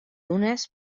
dunes